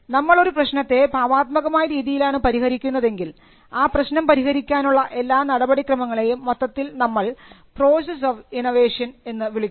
നമ്മൾ ഒരു പ്രശ്നത്തെ ഭാവാത്മകമായ രീതിയിലാണ് പരിഹരിക്കുന്നതെങ്കിൽ ആ പ്രശ്നം പരിഹരിക്കാനുള്ള എല്ലാ നടപടിക്രമങ്ങളെയും മൊത്തത്തിൽ നമ്മൾ പ്രോസസ്സ് ഓഫ് ഇന്നൊവേഷൻ എന്ന് വിളിക്കുന്നു